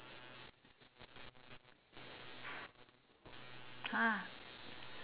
!huh!